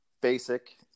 basic